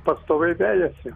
pastoviai vejasi